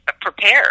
prepared